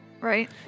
right